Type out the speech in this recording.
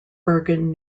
bergen